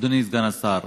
אדוני סגן השר,